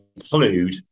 include